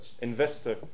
investor